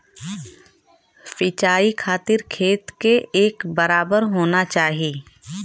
सिंचाई खातिर खेत के एक बराबर होना चाही